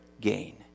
gain